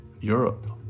Europe